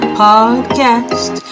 podcast